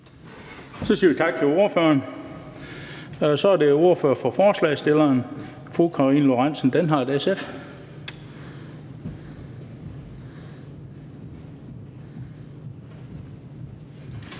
Så siger vi tak til ordføreren. Så er det ordføreren for forslagsstillerne, fru Karina Lorentzen Dehnhardt, SF.